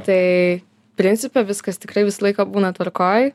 tai principe viskas tikrai visą laiką būna tvarkoj